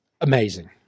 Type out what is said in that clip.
Amazing